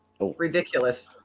ridiculous